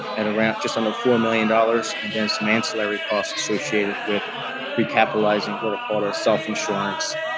at around just under four million dollars and then, some ancillary costs associated with recapitalizing what are called our self-insurance